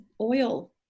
oil